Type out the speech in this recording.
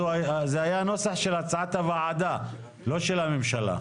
זה היה הנוסח של הצעת הוועדה, לא של הממשלה.